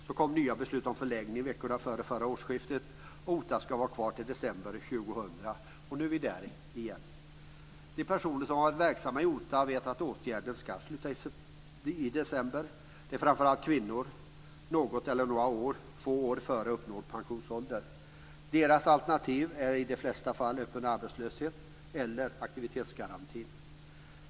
Så kom nya beslut om förlängning veckorna före förra årsskiftet: OTA ska vara kvar till december 2000. Nu är vi där igen. De personer som har varit verksamma i OTA vet att åtgärden ska sluta i december. Det är framför allt kvinnor, något eller några få år före uppnådd pensionsålder. Deras alternativ är i de flesta fall öppen arbetslöshet eller aktivitetsgarantin.